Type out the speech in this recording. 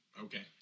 Okay